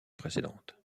précédente